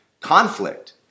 conflict